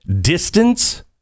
distance